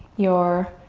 your